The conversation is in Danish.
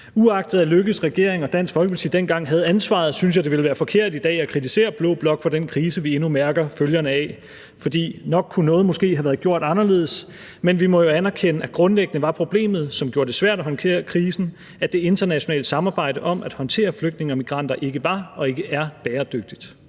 Uagtet at Løkkes regering og Dansk Folkeparti dengang havde ansvaret, synes jeg, det ville være forkert i dag at kritisere blå blok for den krise, vi endnu mærker følgerne af. For nok kunne noget måske have været gjort anderledes, men vi må anerkende, at grundlæggende var problemet, som gjorde det svært at håndtere krisen, at det internationale samarbejde om at håndtere flygtninge og migranter ikke var og ikke er bæredygtigt.